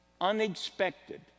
Unexpected